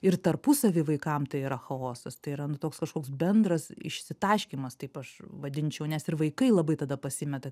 ir tarpusavy vaikam tai yra chaosas tai yra nu toks kažkoks bendras išsitaškymas taip aš vadinčiau nes ir vaikai labai tada pasimeta